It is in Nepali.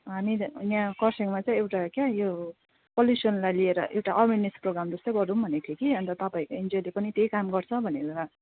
हामी यहाँ खरसाङमा चाहिँ एउटा क्या यो पल्युसनलाई लिएर एउटा अवेरनेस् प्रोग्राम जस्तो गरौँ भनेको थिएँ कि अन्त तपाईँ एनजिओले पनि त्यही काम गर्छ भनेर